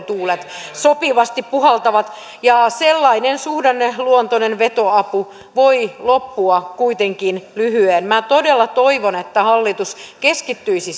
tuulet sopivasti puhaltavat sellainen suhdanneluontoinen vetoapu voi loppua kuitenkin lyhyeen minä todella toivon että hallitus keskittyisi